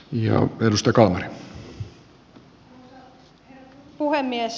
arvoisa herra puhemies